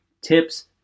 tips